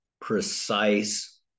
precise